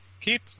keep